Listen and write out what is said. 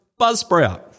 Buzzsprout